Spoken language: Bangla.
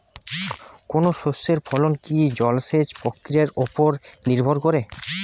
কোনো শস্যের ফলন কি জলসেচ প্রক্রিয়ার ওপর নির্ভর করে?